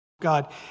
God